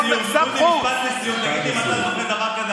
לא מדבר איתך כראש הממשלה,